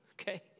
okay